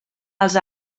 els